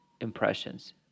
impressions